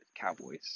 Cowboys